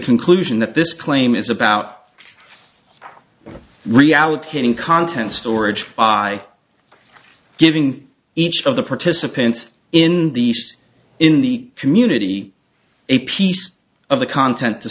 conclusion that this claim is about reallocating content storage by giving each of the participants in the east in the community a piece of the content t